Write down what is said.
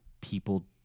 people